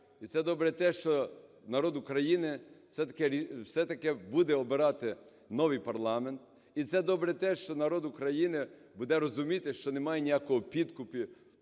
І це добре те, що народ України, все-таки, буде обирати новий парламент. І це добре, те, що народ України буде розуміти, що немає ніякого підкупу